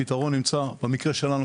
הפתרון נמצא במקרה שלנו,